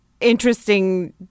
interesting